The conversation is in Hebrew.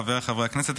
חבריי חברי הכנסת,